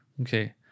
Okay